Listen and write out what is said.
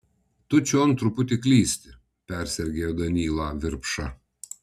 tu čion truputį klysti persergėjo danylą virpša